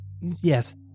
Yes